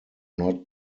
not